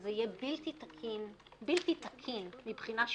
וזה יהיה בלתי תקין מבחינה שלטונית,